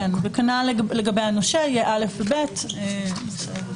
כנ"ל לגבי הנושה, יהיה (א) ו-(ב).